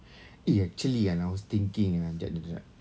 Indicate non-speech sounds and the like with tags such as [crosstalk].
[breath] eh actually kan I was thinking kan jap jap jap